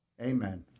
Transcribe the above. amen.